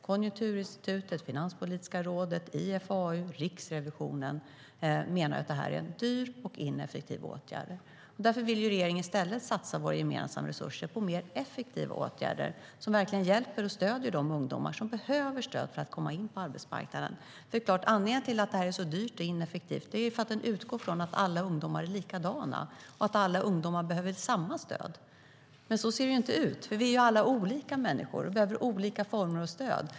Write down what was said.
Konjunkturinstitutet, Finanspolitiska rådet, IFAU och Riksrevisionen menar att det är en dyr och ineffektiv åtgärd. Därför vill regeringen i stället satsa våra gemensamma resurser på effektivare åtgärder som verkligen hjälper och stöder de ungdomar som behöver stöd för att komma in på arbetsmarknaden. Anledningen till att åtgärden är så dyr och ineffektiv är att den utgår från att alla ungdomar är likadana och behöver samma stöd. Men så ser det inte ut. Vi är alla olika människor som behöver olika former av stöd.